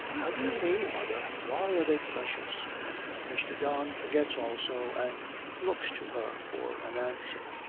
how do you mean, mother? why are they precious mr. don forgets also and looks to her for an answer.